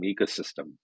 ecosystem